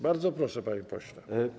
Bardzo proszę, panie pośle.